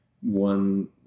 one